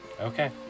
Okay